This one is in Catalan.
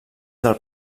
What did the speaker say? del